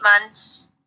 months